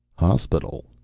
hospital?